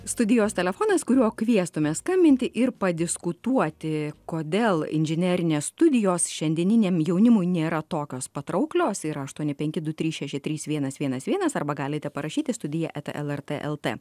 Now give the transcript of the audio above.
studijos telefonas kuriuo kviestume skambinti ir padiskutuoti kodėl inžinerinės studijos šiandieniniam jaunimui nėra tokios patrauklios yra aštuoni penki du trys šeši trys vienas vienas vienas arba galite parašyti studiją eta lrt lt